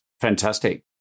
fantastic